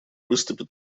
выступит